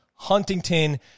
Huntington